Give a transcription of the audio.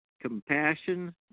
compassion